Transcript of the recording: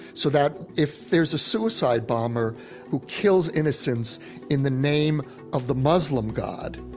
so that if there's a suicide bomber who kills innocents in the name of the muslim god,